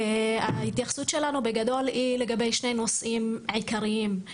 ההתייחסות שלנו בגדול היא לגבי שני נושאים עיקריים.